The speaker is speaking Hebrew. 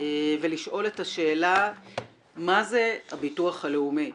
ולשאול את השאלה מה זה הביטוח הלאומי.